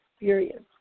experience